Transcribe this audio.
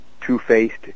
two-faced